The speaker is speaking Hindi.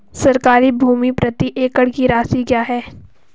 सरकारी भूमि प्रति एकड़ की राशि क्या है?